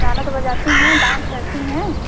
गाना तो बजाती हैं डांस करती हैं